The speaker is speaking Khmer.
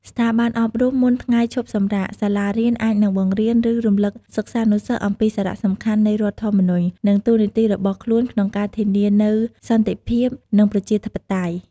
ស្ថាប័នអប់រំ មុនថ្ងៃឈប់សម្រាក សាលារៀនអាចនឹងបង្រៀន ឬរំលឹកសិស្សានុសិស្សអំពីសារៈសំខាន់នៃរដ្ឋធម្មនុញ្ញ និងតួនាទីរបស់ខ្លួនក្នុងការធានានូវសន្តិភាព និងប្រជាធិបតេយ្យ។